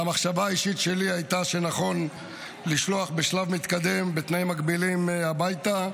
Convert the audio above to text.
והמחשבה האישית שלי הייתה שנכון לשלוח בשלב מתקדם בתנאים מגבילים הביתה,